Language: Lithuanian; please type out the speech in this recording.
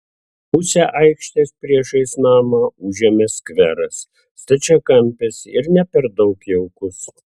pusę aikštės priešais namą užėmė skveras stačiakampis ir ne per daug jaukus